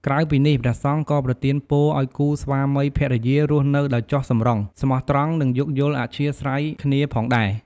ក្រៅពីនេះ ព្រះសង្ឃក៏ប្រទានពរឲ្យគូស្វាមីភរិយារស់នៅដោយចុះសម្រុង ស្មោះត្រង់ និងយោគយល់អធ្យាស្រ័យគ្នាផងដែរ។